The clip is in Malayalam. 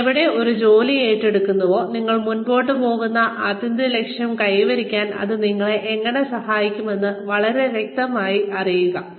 നിങ്ങൾ എവിടെ ഒരു ജോലി ഏറ്റെടുക്കുന്നുവോ നിങ്ങൾ മുന്നോട്ട് പോകുന്ന ആത്യന്തിക ലക്ഷ്യം കൈവരിക്കാൻ അത് നിങ്ങളെ എങ്ങനെ സഹായിക്കുമെന്ന് വളരെ വ്യക്തമായി അറിയുക